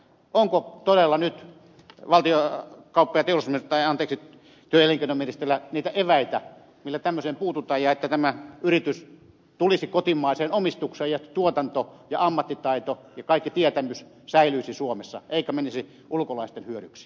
onko työ ja elinkeinoministerillä todella nyt pää on toki pelkän edistävät niitä eväitä joilla tämmöiseen puututaan että tämä yritys tulisi kotimaiseen omistukseen ja että tuotanto ja ammattitaito ja kaikki tietämys säilyisivät suomessa eivätkä ne menisi ulkolaisten hyödyksi